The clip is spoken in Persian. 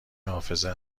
حافظه